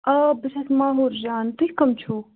آ بہٕ چھس ماحور جان تُہۍ کَم چھو